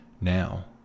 now